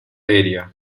area